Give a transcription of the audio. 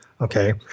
okay